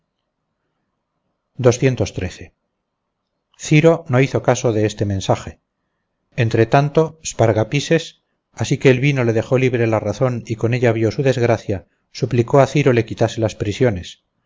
ciro no hizo caso de este mensaje entretanto spargapises así que el vino le dejó libre la razón y con ella vio su desgracia suplicó a ciro le quitase las prisiones